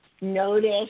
Notice